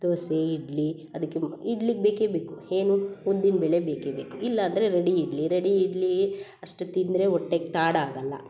ದೋಸೆ ಇಡ್ಲಿ ಅದಕ್ಕೆ ಇಡ್ಲಿಗೆ ಬೇಕೇ ಬೇಕು ಏನು ಉದ್ದಿನ ಬೇಳೆ ಬೇಕೇ ಬೇಕು ಇಲ್ಲಾಂದರೆ ರೆಡಿ ಇಡ್ಲಿ ರೆಡಿ ಇಡ್ಲಿ ಅಷ್ಟು ತಿಂದರೆ ಹೊಟ್ಟೆಗೆ ತಾಡ ಆಗಲ್ಲ